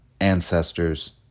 ancestors